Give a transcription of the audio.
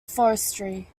forestry